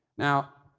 now,